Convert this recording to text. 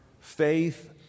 Faith